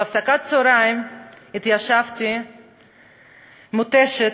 בהפסקת הצהריים התיישבתי מותשת,